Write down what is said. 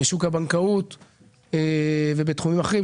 בשוק הבנקאות ובתחומים אחרים.